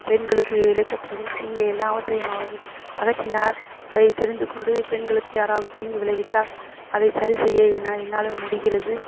பெண்களுக்கு இழைக்கப்படுகிற தீங்கை எல்லாம் அவற்றையும் அவர் அகற்றினார் அதை தெரிந்துகொண்டு பெண்களுக்கு யாராவது தீங்கு விளைவித்தால் அதை சரி செய்ய ஏனால் என்னால் முடிகிறது